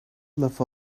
lafı